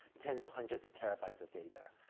tens or hundreds of terabytes of data, ah,